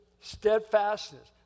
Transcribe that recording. steadfastness